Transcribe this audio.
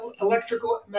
electrical